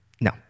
No